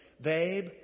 Babe